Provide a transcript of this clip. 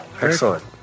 Excellent